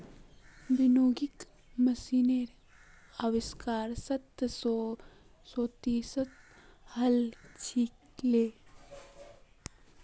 winnowing मशीनेर आविष्कार सत्रह सौ सैंतीसत हल छिले